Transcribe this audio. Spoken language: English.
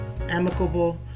amicable